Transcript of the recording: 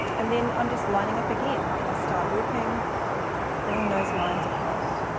and then i'm just lining up again and i start working bringing those lines across.